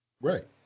Right